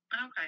Okay